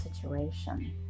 situation